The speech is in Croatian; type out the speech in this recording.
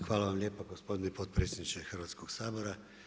Hvala vam lijepa gospodine potpredsjedniče Hrvatskog sabora.